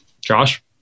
Josh